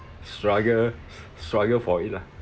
struggle struggle for it lah